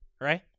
right